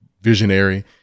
visionary